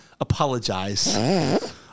apologize